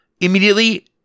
immediately